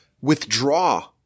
withdraw